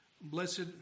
Blessed